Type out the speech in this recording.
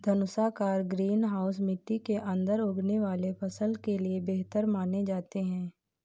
धनुषाकार greenhouse मिट्टी के अंदर उगने वाले फसल के लिए बेहतर माने जाते हैं